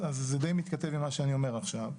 אז זה דיי מתכתב עם מה שאני אומר עכשיו.